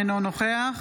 אינו נוכח